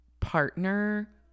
Partner